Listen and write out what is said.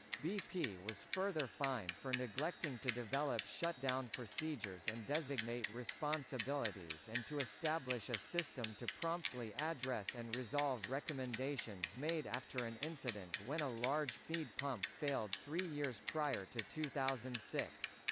bp was further fined for neglecting to develop shutdown procedures and designate responsibilities and to establish a system to promptly address and resolve recommendations made after an incident when a large feed pump failed three years prior to two thousand and six.